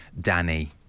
Danny